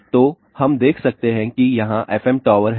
तो हम देख सकते हैं कि यहां FM टॉवर हैं